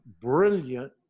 brilliant